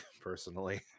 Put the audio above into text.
personally